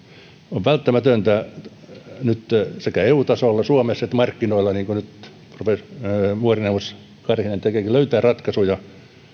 on välttämätöntä nyt sekä eu tasolla suomessa että markkinoilla löytää ratkaisuja niin kuin nyt rupesi vuorineuvos karhinen löytämään ratkaisuja